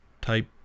type